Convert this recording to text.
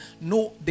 no